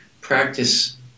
practice